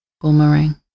Boomerang